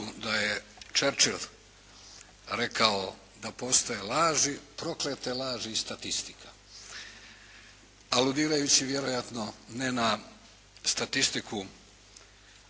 da je Churchill rekao da postoje laži, proklete laži i statistika aludirajući vjerojatno ne na statistiku